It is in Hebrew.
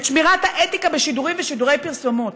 את שמירת האתיקה בשידורים ושידורי פרסומות.